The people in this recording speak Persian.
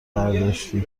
برداشتی